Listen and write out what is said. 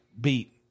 beat